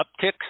uptick